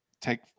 Take